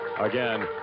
Again